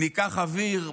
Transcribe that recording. ניקח אוויר,